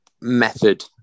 method